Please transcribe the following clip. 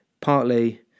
partly